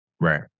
Right